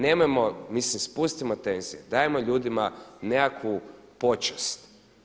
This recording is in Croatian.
Nemojmo, spustimo tenzije, dajmo ljudima nekakvu počast.